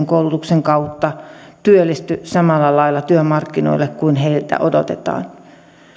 koulutuksen kautta työllisty samalla lailla työmarkkinoille kuin heiltä odotetaan